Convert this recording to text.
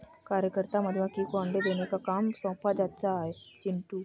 कार्यकर्ता मधुमक्खी को अंडे देने का काम सौंपा जाता है चिंटू